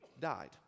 died